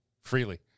freely